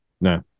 No